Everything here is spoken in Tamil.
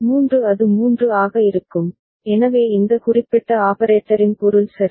3 அது 3 ஆக இருக்கும் எனவே இந்த குறிப்பிட்ட ஆபரேட்டரின் பொருள் சரி